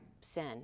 sin